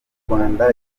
rwanda